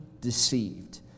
deceived